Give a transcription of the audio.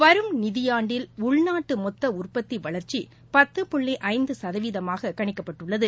வரும் நிதியாண்டில் உள்நாட்டு மொத்த உற்பத்தி வளர்ச்சி பத்து புள்ளி ஐந்து சதவீதமாக கணிக்கப்பட்டுள்ளது